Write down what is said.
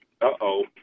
Uh-oh